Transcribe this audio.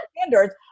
standards